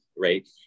right